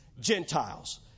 Gentiles